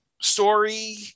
story-